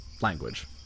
language